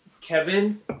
Kevin